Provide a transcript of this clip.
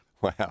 Wow